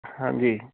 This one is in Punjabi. ਹਾਂਜੀ